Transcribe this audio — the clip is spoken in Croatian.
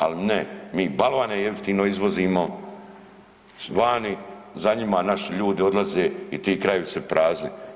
Ali ne, mi balvane jeftino izvozimo vani, za njima naši ljudi odlaze i ti krajevi su prazni.